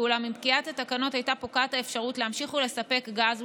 אולם עם פקיעת התקנות הייתה פוקעת האפשרות להמשיך לספק גז,